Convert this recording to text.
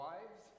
Wives